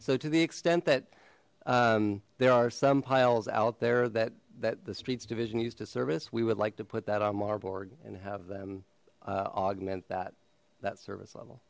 so to the extent that there are some piles out there that that the streets division used to service we would like to put that on marburg and have them augment that that service level